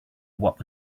what